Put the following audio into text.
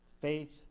Faith